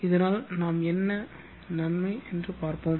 இதனால் என்ன நன்மை இன்று நாம் பார்ப்போம்